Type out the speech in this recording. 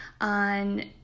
on